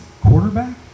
quarterback